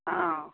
অঁ